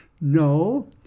no